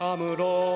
Amuro